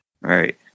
right